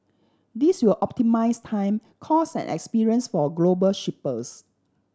this will optimise time cost and experience for global shippers